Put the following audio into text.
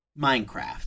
Minecraft